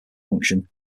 function